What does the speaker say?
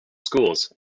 schools